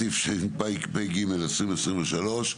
התשפ"ג-2023,